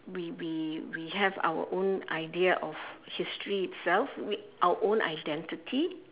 we we we have our own idea of history itself we our own identity